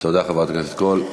תודה, חברת הכנסת קול.